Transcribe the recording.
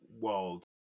world